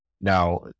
Now